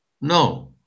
No